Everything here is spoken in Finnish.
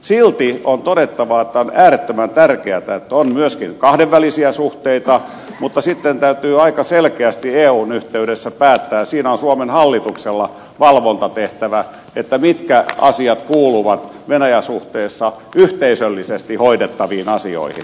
silti on todettava että on äärettömän tärkeätä että on myöskin kahdenvälisiä suhteita mutta sitten täytyy aika selkeästi eun yhteydessä päättää siinä on suomen hallituksella valvontatehtävä mitkä asiat kuuluvat venäjä suhteissa yhteisöllisesti hoidettaviin asioihin